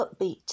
upbeat